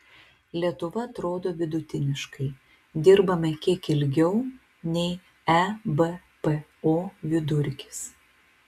lietuva atrodo vidutiniškai dirbame kiek ilgiau nei ebpo vidurkis